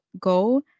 go